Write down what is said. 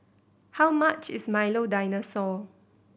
how much is Milo Dinosaur